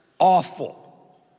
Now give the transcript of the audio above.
Awful